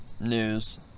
news